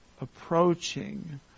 approaching